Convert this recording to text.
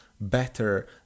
better